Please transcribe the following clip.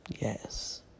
yes